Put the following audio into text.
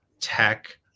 tech